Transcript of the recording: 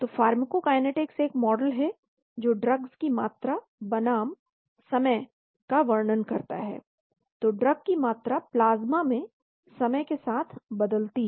तो फार्माकोकाइनेटिक्स एक मॉडल है जो ड्रग्स की मात्रा बनाम समय का वर्णन करता है तो ड्रग की मात्रा प्लाज्मा में समय के साथ बदलती है